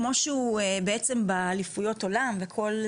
כמו שהם בעצם באליפויות עולם וכו',